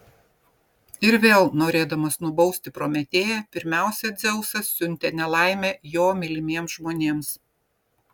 ir vėl norėdamas nubausti prometėją pirmiausia dzeusas siuntė nelaimę jo mylimiems žmonėms